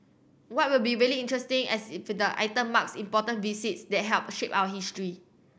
what will be really interesting as if the item marks important visits that helped shape our history